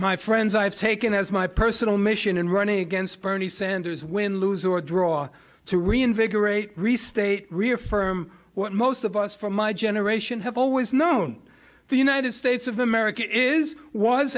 my friends i have taken as my personal mission in running against bernie sanders win lose or draw to reinvigorate restate reaffirm what most of us from my generation have always known the united states of america it is was